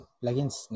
plugins